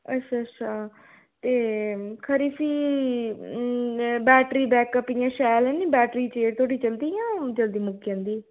अच्छा अच्छा ते खरी फ्ही बैटरी बैकअप इ'यां शैल ऐ निं बैटरी चिर धोड़ी चलदी जां जल्दी मुक्की जंदी